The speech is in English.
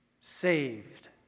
saved